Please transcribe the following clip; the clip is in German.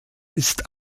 ist